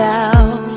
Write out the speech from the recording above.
out